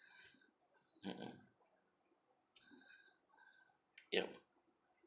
mm mm yup